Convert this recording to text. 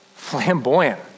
flamboyant